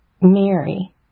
Mary